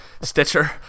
Stitcher